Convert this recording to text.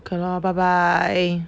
okay lor bye bye